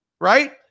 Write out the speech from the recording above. right